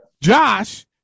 Josh